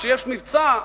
כשיש מבצע,